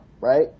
right